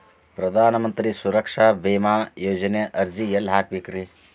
ಪ್ರಧಾನ ಮಂತ್ರಿ ಸುರಕ್ಷಾ ಭೇಮಾ ಯೋಜನೆ ಅರ್ಜಿ ಎಲ್ಲಿ ಹಾಕಬೇಕ್ರಿ?